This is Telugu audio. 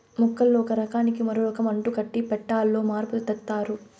మొక్కల్లో ఒక రకానికి మరో రకం అంటుకట్టి పెట్టాలో మార్పు తెత్తారు